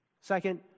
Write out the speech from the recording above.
Second